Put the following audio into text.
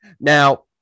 Now